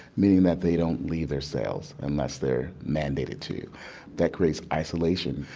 meaning that they don't leave their cells unless they're mandated to that creates isolation.